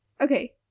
Okay